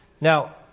Now